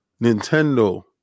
Nintendo